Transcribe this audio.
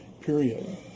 period